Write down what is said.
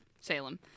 Salem